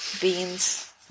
beans